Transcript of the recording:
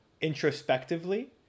introspectively